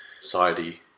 society